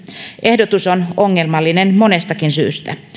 ehdotus on ongelmallinen monestakin syystä